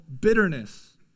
bitterness